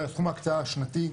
סכום ההקצאה השנתי,